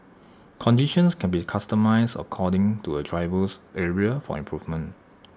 conditions can be customised according to A driver's area for improvement